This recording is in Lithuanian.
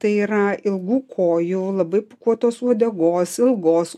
tai yra ilgų kojų labai pūkuotos uodegos ilgos